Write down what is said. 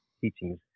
teachings